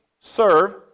serve